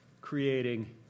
creating